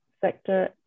sector